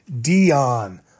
Dion